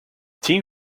team